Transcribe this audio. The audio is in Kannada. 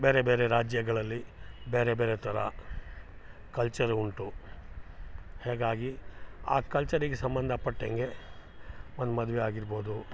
ಬೇರೆ ಬೇರೆ ರಾಜ್ಯಗಳಲ್ಲಿ ಬೇರೆ ಬೇರೆ ಥರ ಕಲ್ಚರ್ ಉಂಟು ಹೇಗಾಗಿ ಆ ಕಲ್ಚರಿಗೆ ಸಂಬಂಧ ಪಟ್ಟಂಗೆ ಒಂದು ಮದುವೆ ಆಗಿರ್ಬೌದು